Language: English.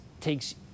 takes